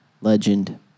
Legend